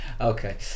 Okay